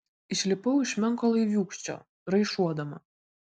išlipau iš menko laiviūkščio raišuodama